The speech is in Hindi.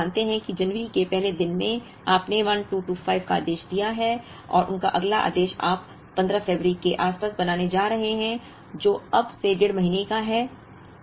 इसलिए यदि हम मानते हैं कि जनवरी के पहले दिन में आपने 1225 का आदेश दिया है और उनका अगला आदेश आप 15 फरवरी के आसपास बनाने जा रहे हैं जो अब से डेढ़ महीने का है